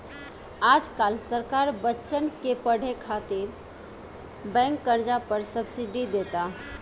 आज काल्ह सरकार बच्चन के पढ़े खातिर बैंक कर्जा पर सब्सिडी देता